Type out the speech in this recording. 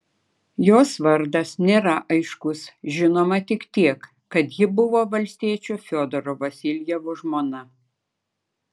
jos vardas nėra aiškus žinoma tik tiek kad ji buvo valstiečio fiodoro vasiljevo žmona